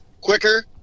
quicker